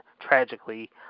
tragically